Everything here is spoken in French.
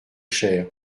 cher